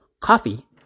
coffee